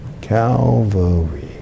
Calvary